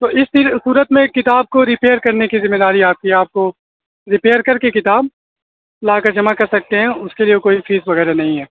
تو اس سی صورت میں کتاب کو ریپیئر کرنے کی ذمہ داری آپ کی ہے آپ کو ریپیئر کر کے کتاب لا کر جمع کر سکتے ہیں اس کے لیے کوئی فیس وغیرہ نہیں ہے